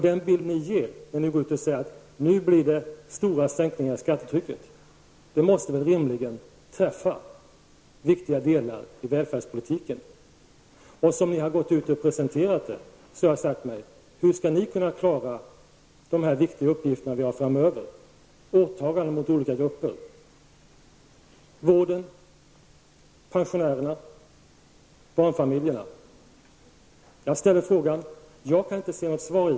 Den bild ni ger, när ni går ut och säger att nu blir det stora sänkningar i skattetrycket, måste väl rimligen innebära att ni träffar viktiga delar i välfärdspolitiken. När ni har gått ut och presenterat den bilden, har jag sagt mig: Hur skall ni kunna klara de här viktiga uppgifterna som vi har framöver, åtagandena mot olika grupper -- när det gäller vården, pensionärerna, barnfamiljerna? Jag ställer frågan. men jag kan inte se något svar.